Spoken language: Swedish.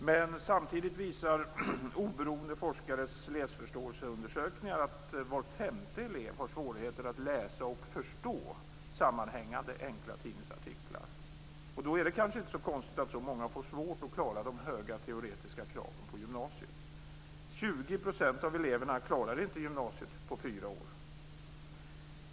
Men samtidigt visar oberoende forskares läsförståelseundersökningar att var femte elev har svårigheter att läsa och förstå sammanhängande enkla tidningsartiklar. Då är det kanske inte så konstigt att så många får svårt att klara de höga teoretiska kraven på gymnasiet - 20 % av eleverna klarar inte gymnasiet på fyra år.